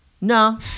No